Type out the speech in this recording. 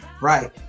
Right